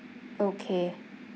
okay